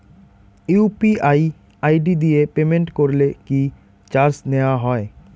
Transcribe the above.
UPI ID দিয়ে payment করলে কি চার্জ নেয়া হয়?